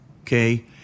okay